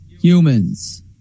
humans